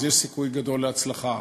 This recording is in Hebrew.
אז יש סיכוי גדול להצלחה.